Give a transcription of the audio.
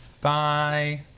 Bye